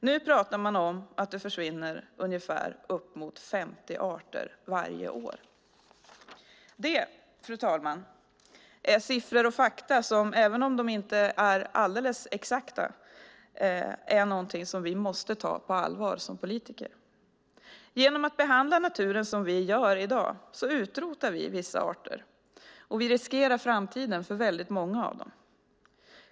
Nu pratar man om att det försvinner upp mot 50 arter varje år. Fru talman! Det är siffror och fakta, även om de inte är alldeles exakta, som vi som politiker måste ta på allvar. Genom att behandla naturen som vi gör i dag utrotar vi vissa arter, och vi riskerar framtiden för väldigt många av dem.